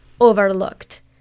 overlooked